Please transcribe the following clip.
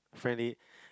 friendly